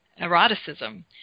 eroticism